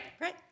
Right